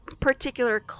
Particular